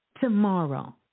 Tomorrow